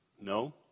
No